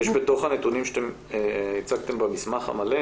יש בתוך הנתונים שאתם הצגתם במסמך המלא,